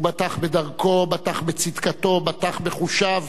הוא בטח בדרכו, בטח בצדקתו, בטח בחושיו,